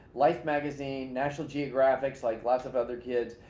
life magazine, national geographics like lots of other kids,